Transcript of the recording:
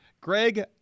Greg